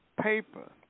paper